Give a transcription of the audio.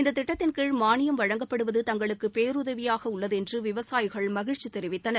இந்ததிட்டத்தின் கீழ் மானியம் வழங்கப்படுவது தங்களுக்குபேருதவியாகஉள்ளதுஎன்றுவிவசாயிகள் மகிழ்ச்சிதெரிவித்தனர்